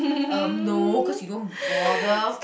um no cause you don't bother